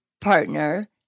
partner